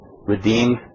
redeemed